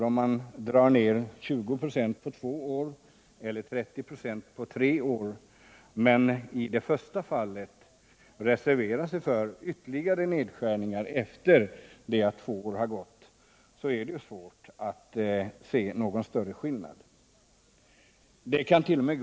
Om man drar ned 20 96 på två år eller 30 96 på tre år men i det första fallet reserverar sig för en ytterligare nedskärning efter det att de två åren har gått, då är det ju svårt att se någon större skillnad. Det kant.o.m.